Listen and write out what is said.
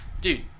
dude